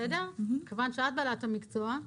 כיוון שאת בעלת המקצוע,